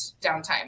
downtime